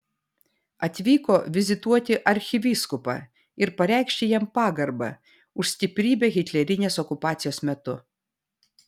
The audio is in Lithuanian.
atvyko vizituoti arkivyskupą ir pareikšti jam pagarbą už stiprybę hitlerinės okupacijos metu